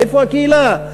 איפה הקהילה?